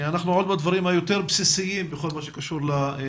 אנחנו עוד בדברים היותר בסיסיים בכל מה שקשור לפיקוח.